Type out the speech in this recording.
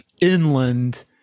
inland